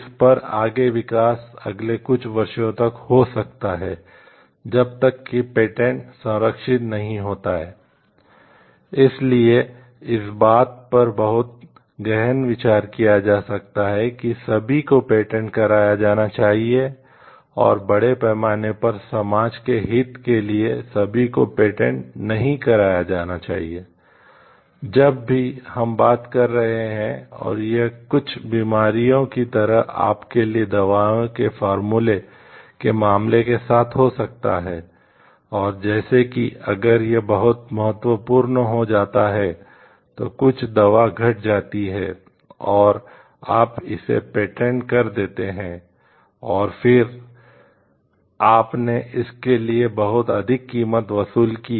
इसलिए इस बात पर बहुत गहन विचार किया जा सकता है कि सभी को पेटेंट कर देते हैं और फिर आपने इसके लिए बहुत अधिक कीमत वसूल की